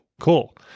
Cool